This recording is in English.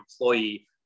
employee